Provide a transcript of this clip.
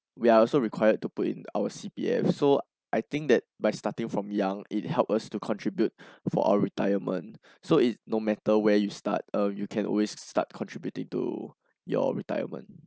we are also required to put in our C_P_F so I think that by starting from young it help us to contribute for our retirement so it no matter where you start uh you can always start contributing to your retirement